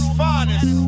finest